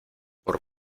por